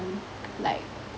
like